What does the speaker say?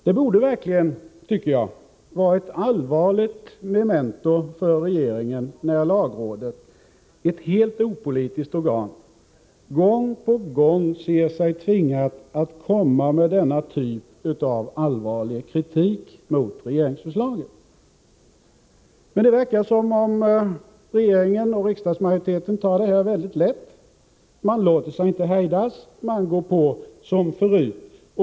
Det borde verkligen vara ett allvarligt memento för regeringen, när lagrådet — ett helt opolitiskt organ — gång på gång ser sig tvingat att komma med denna typ av allvarlig kritik mot regeringsförslagen. Men det verkar som om regeringen och riksdagsmajoriteten tar detta väldigt lätt — de tåter sig inte hejdas utan går på som förut.